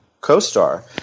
co-star